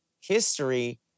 history